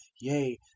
yea